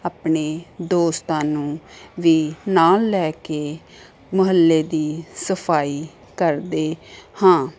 ਆਪਣੇ ਦੋਸਤਾਂ ਨੂੰ ਵੀ ਨਾਲ ਲੈ ਕੇ ਮੁਹੱਲੇ ਦੀ ਸਫਾਈ ਕਰਦੇ ਹਾਂ